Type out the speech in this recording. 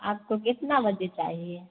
आपको कितने बजे चाहिए